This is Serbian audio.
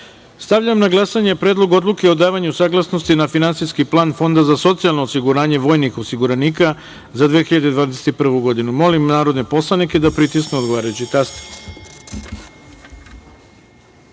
godinu. Stavljam na glasanje Predlog odluke o davanju saglasnosti na finansijski plan Fonda za socijalno osiguranje vojnih osiguranika za 2021. godinu. Molim narodne poslanike da pritisnu odgovarajući